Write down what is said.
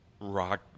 Rock